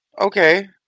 Okay